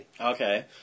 Okay